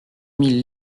mille